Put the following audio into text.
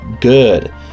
good